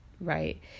right